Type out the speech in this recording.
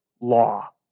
law